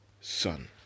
son